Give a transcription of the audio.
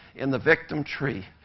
in the victim tree,